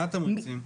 מה התמריצים?